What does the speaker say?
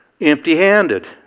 empty-handed